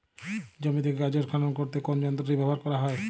জমি থেকে গাজর খনন করতে কোন যন্ত্রটি ব্যবহার করা হয়?